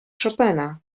chopina